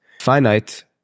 Finite